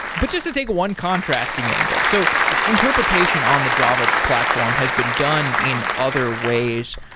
but just to take one contrasting angle. so interpretation on the java platform has been done in other ways.